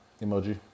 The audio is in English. emoji